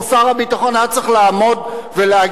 פה שר הביטחון היה צריך לעמוד ולהגיד,